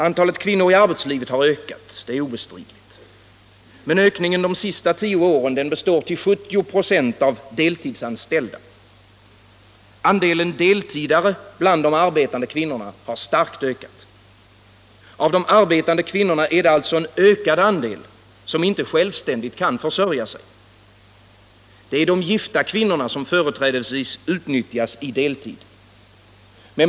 Antalet kvinnor i arbetslivet har ökat, det är obestridligt. Men ökningen de senaste tio åren består till 70 26 av deltidsanställda. Andelen deltidare bland de arbetande kvinnorna har starkt ökat. Av de arbetande kvinnorna är det alltså en ökad andel som inte självständigt kan försörja sig. Det är de gifta kvinnorna som företrädesvis utnyttjas i deltid.